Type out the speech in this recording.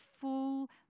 full